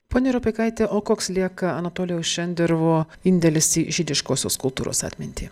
pone rupeikaite o koks lieka anatolijaus šenderovo indėlis į žydiškosios kultūros atmintį